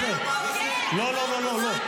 --- לא לא לא.